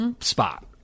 spot